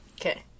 Okay